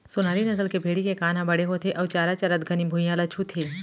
सोनारी नसल के भेड़ी के कान हर बड़े होथे अउ चारा चरत घनी भुइयां ल छूथे